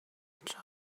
edge